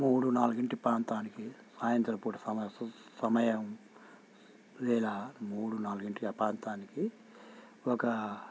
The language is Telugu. మూడు నాలుగింటి ప్రాంతానికి సాయంత్రం పూట సమయం వేళ మూడు నాలుగింటి ఆ ప్రాంతానికి ఒక